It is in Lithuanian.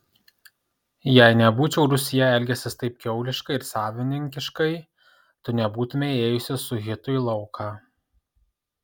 jei nebūčiau rūsyje elgęsis taip kiauliškai ir savininkiškai tu nebūtumei ėjusi su hitu į lauką